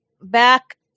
back